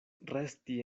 resti